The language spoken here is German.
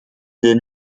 den